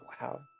Wow